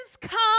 come